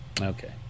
Okay